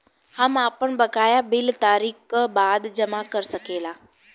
हम आपन बकाया बिल तारीख क बाद जमा कर सकेला?